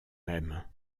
même